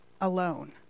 alone